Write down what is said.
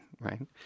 right